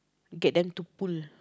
get them to pull